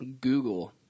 Google